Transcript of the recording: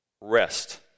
rest